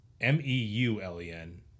M-E-U-L-E-N